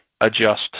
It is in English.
adjust